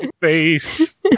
face